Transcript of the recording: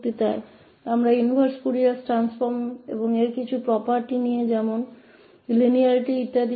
तो इस व्याख्यान में हम इनवर्स फूरियर रूपांतरण और इसकी कुछ संपत्ति जैसे रैखिकता वगैरह के बारे में बात करेंगे